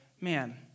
man